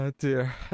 dear